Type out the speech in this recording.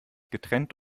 getrennt